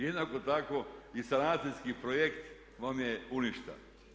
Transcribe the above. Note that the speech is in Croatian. Jednako tako i sanacijski projekt vam je u ništa.